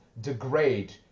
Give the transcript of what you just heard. degrade